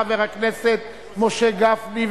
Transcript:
חבר הכנסת משה גפני,